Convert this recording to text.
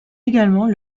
également